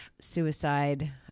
suicide